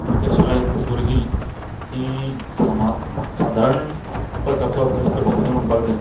म्हाज्या शाळेंतलीं भुरगीं हीं सामा साधरण प्रकारचो अभ्यास करतात अशें म्हणपाक जाय